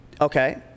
okay